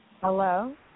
Hello